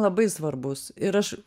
labai svarbus ir aš